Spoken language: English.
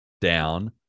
down